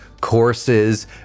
courses